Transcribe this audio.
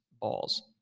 balls